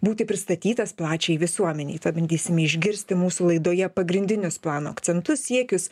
būti pristatytas plačiajai visuomenei bandysime išgirsti mūsų laidoje pagrindinius plano akcentus siekius